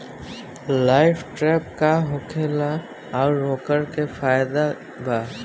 Light trap का होखेला आउर ओकर का फाइदा बा?